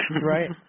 Right